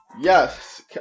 Yes